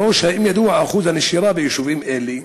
3. האם ידוע אחוז הנשירה ביישובים אלה?